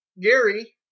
Gary